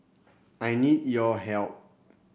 I need your help